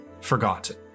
forgotten